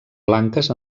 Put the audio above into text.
blanques